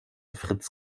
fritz